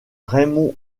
raymond